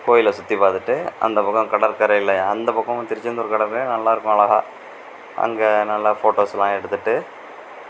கோயிலை சுற்றி பார்த்துட்டு அந்த பக்கம் கடற்கரையில் அந்த பக்கம் திருச்செந்தூர் கடலில் நல்லாயிருக்கும் அழகாக அங்கே நல்லா போட்டோஸெல்லாம் எடுத்துவிட்டு